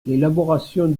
l’élaboration